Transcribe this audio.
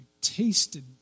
tasted